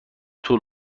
طول